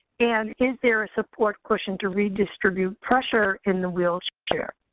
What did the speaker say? and is there a support cushion to redistribute pressure in the wheelchair?